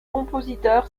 compositeur